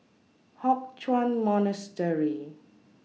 Hock Chuan Monastery